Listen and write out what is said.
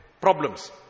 problems